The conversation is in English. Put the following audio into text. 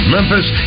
Memphis